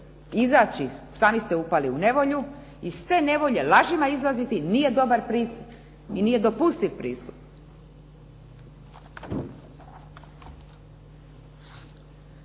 izaći, sami ste upali u nevolju, iz te nevolje lažima izlaziti nije dobar pristup i nije dopustiv pristup.